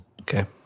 Okay